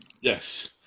Yes